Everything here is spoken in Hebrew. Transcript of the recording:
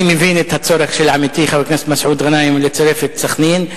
אני מבין את הצורך של עמיתי חבר הכנסת מסעוד גנאים לצרף את סח'נין.